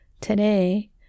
Today